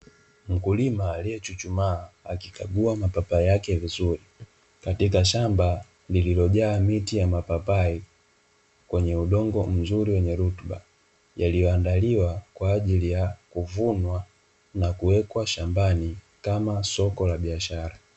Mkulima aliechuchumaa akikagua mapapai yake vizuri katika shamba lililojaa miti ya mapapai, kwenye udongo mzuri wenye rutuba, yaliyoandaliwa kwa ajili ya kuvunwa na kuwekwa shambani kama soko la biashara.